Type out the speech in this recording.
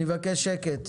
אני מבקש שקט.